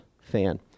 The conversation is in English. fan